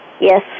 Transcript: Yes